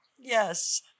Yes